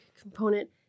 component